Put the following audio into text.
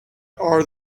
are